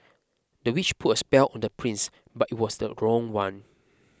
the witch put a spell on the prince but it was the wrong one